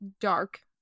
dark